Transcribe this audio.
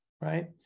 right